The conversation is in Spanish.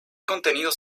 contenidos